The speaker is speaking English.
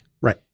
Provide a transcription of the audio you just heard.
Right